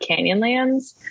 Canyonlands